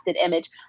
image